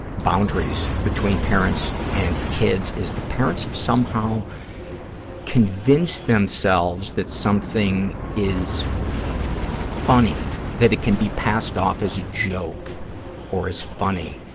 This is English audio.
boundaries between parents and kids, is the parents have somehow convinced themselves that something is funny, that it can be passed off as a joke or as funny,